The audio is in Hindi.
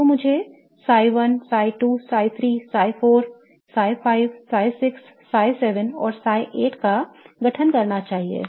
तो मुझे psi 1 psi 2 psi 3 psi 4 psi 5 psi 6 psi 7 और psi 8 का गठन करना चाहिए